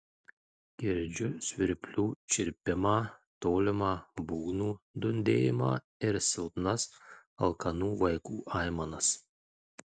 girdžiu svirplių čirpimą tolimą būgnų dundėjimą ir silpnas alkanų vaikų aimanas